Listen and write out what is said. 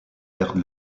perdent